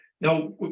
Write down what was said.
now